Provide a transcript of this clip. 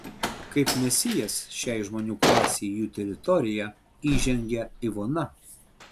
kaip mesijas šiai žmonių klasei į jų teritoriją įžengia ivona